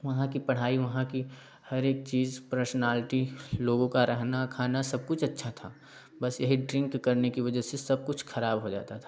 वहाँ की पढ़ाई वहाँ कि हरेक चीज़ प्रसनालिटी लोगों का रहना खाना सब कुछ अच्छा था बस यहीं ड्रिंक करने की वजह से सब कुछ ख़राब हो जाता था